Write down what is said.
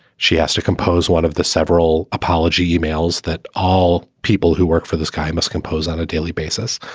she has to compose one of the several apology emails that all people who work for this guy must compose on a daily basis.